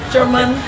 German